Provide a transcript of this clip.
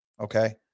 Okay